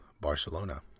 Barcelona